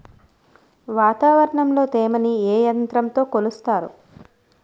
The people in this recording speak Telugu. వాతావరణంలో తేమని ఏ యంత్రంతో కొలుస్తారు?